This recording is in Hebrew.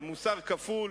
על מוסר כפול,